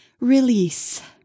release